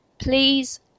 please